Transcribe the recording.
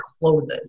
closes